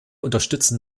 unterstützen